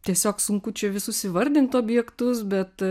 tiesiog sunku čia visus įvardint objektus bet